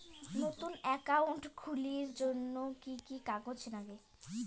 নতুন একাউন্ট খুলির জন্যে কি কি কাগজ নাগে?